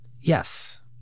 Yes